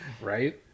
Right